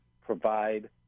provide